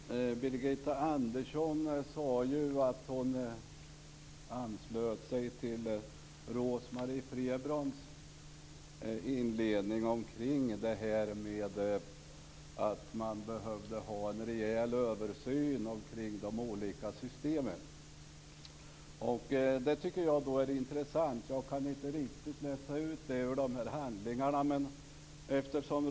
Fru talman! Birgitta Andersson sade att hon anslöt sig till Rose-Marie Frebrans inledning om att det behövdes en rejäl översyn kring de olika systemen. Det tycker jag är intressant. Jag kan inte riktigt läsa ut det ur de här handlingarna.